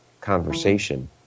conversation